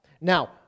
Now